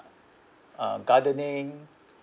uh gardening